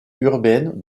urbaine